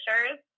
pictures